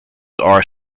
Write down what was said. are